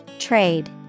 Trade